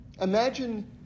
imagine